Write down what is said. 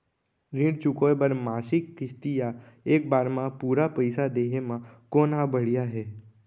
ऋण चुकोय बर मासिक किस्ती या एक बार म पूरा पइसा देहे म कोन ह बढ़िया हे?